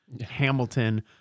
Hamilton